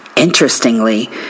Interestingly